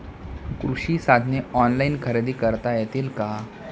कृषी साधने ऑनलाइन खरेदी करता येतील का?